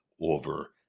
over